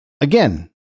again